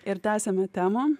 ir tęsiame temą